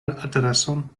adreson